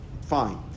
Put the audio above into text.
Fine